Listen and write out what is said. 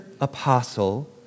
apostle